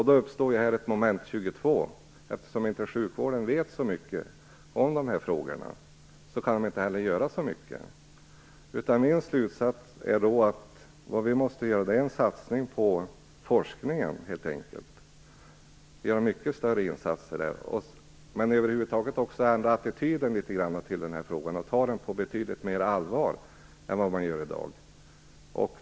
Det uppstår här ett Moment 22. Eftersom man inom sjukvården inte vet så mycket om dessa frågor, kan man inte heller göra så mycket. Min slutsats är att vi måste göra en satsning på forskningen, göra mycket stora insatser där och över huvud taget ändra attityden i den här frågan, ta den på betydligt större allvar än i dag.